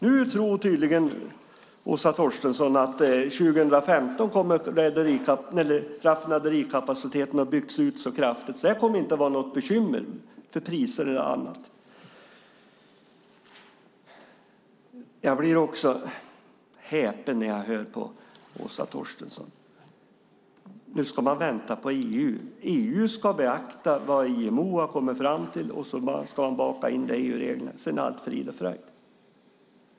Nu tror tydligen Åsa Torstensson att raffinaderikapaciteten kommer att ha byggts ut så kraftigt 2015 att det inte kommer att vara något bekymmer med priser eller annat. Jag blir häpen när jag hör på Åsa Torstensson. Nu ska man vänta på EU. EU ska beakta vad IMO har kommit fram till, och så ska man baka in det i EU-reglerna. Sedan är allt frid och fröjd.